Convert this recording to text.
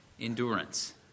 endurance